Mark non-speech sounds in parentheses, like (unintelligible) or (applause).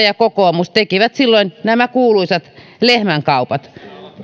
(unintelligible) ja kokoomus tekivät silloin nämä kuuluisat lehmänkaupat